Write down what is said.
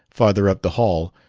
farther up the hall,